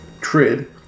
TRID